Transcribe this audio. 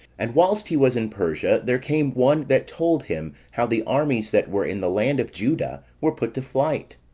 and whilst he was in persia there came one that told him how the armies that were in the land of juda were put to flight